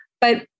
But-